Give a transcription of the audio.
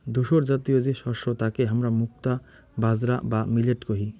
ধূসরজাতীয় যে শস্য তাকে হামরা মুক্তা বাজরা বা মিলেট কহি